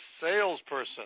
salesperson